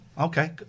Okay